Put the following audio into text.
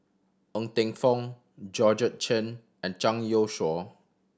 Ng Teng Fong Georgette Chen and Zhang Youshuo